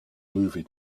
movie